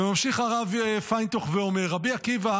וממשיך הרב פיינטוך ואומר: רבי עקיבא